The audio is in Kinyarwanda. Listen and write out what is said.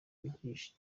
ibyihishe